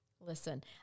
Listen